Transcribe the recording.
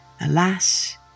Alas